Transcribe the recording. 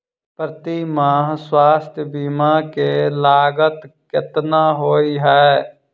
प्रति माह स्वास्थ्य बीमा केँ लागत केतना होइ है?